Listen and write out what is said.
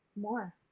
more